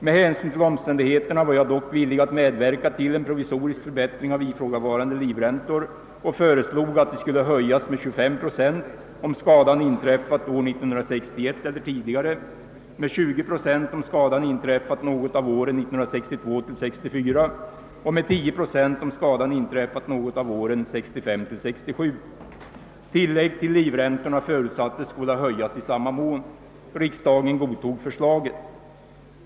Med hänsyn till omständigheterna var jag dock villig att medverka till en provisorisk förbättring av ifrågavarande livräntor och föreslog att de skulle höjas med 25 procent om skadan inträffat år 1961 eller tidigare, med 20 procent om skadan inträffat något av åren 1962—1964 och med 10 procent om skadan inträffat något av åren 1965— 1967. Tillägg till livräntorna förutsattes skola höjas i samma mån. Riksdagen godtog förslaget.